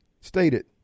stated